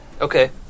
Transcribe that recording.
Okay